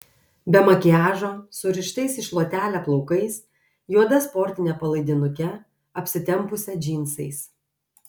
be makiažo surištais į šluotelę plaukais juoda sportine palaidinuke apsitempusią džinsais